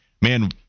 Man